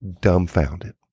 dumbfounded